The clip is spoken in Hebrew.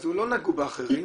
אז לא נגעו באחרים,